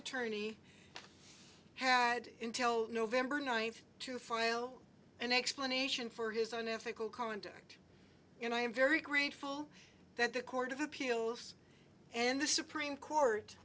attorney had intel nov ninth to file an explanation for his own ethical conduct and i am very grateful that the court of appeals and the supreme court